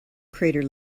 crater